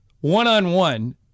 One-on-one